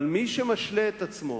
אבל מי שמשלה את עצמו